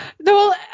No